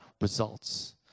results